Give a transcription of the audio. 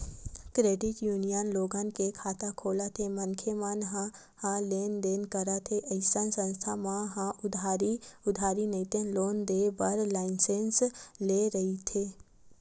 credit union लोगन के खाता खोलत हे मनखे मन ह लेन देन करत हे अइसन संस्था मन ह उधारी नइते लोन देय बर लाइसेंस लेय रहिथे